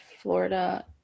Florida